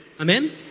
amen